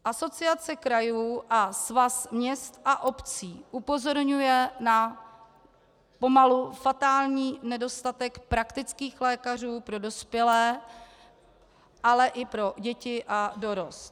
Asociace krajů a Svaz měst a obcí upozorňuje na pomalu fatální nedostatek praktických lékařů pro dospělé, ale i pro děti a dorost.